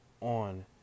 on